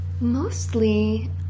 Mostly